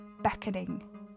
Beckoning